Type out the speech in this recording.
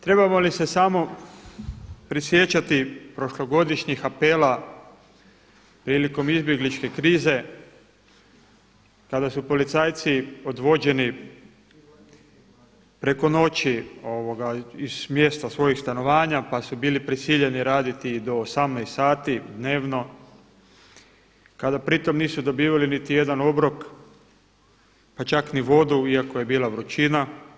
Trebamo li se samo prisjećati prošlogodišnjih apela, prilikom izbjegličke krize kada su policajci odvođeni preko noći iz mjesta svojih stanovanja pa su bili prisiljeni raditi i do 18h dnevno kada pri tome nisu dobivali niti jedan obrok, pa čak ni vodu iako je bila vrućina?